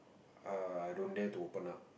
err I don't dare to open up